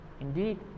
Indeed